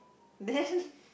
then